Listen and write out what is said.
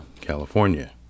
California